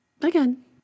again